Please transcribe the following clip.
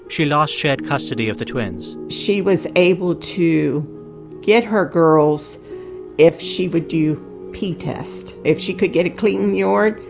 she lost shared custody of the twins she was able to get her girls if she would do pee test. if she could get a clean urine,